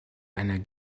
einer